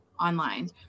online